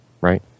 right